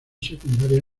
secundaria